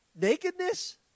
nakedness